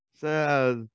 says